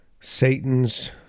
Satan's